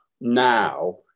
now